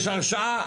יש הרשאה,